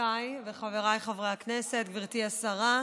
חברותיי וחבריי חברי הכנסת, גברתי השרה,